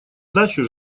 дачу